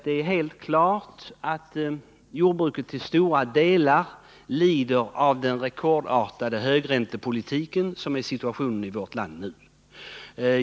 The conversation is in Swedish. Det är helt klart att jordbruket i stora delar lider av den rekordartade högräntepolitiken, som nu är utmärkande för situationen i vårt land.